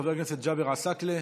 חבר הכנסת ג'אבר עסאקלה,